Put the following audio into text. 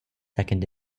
second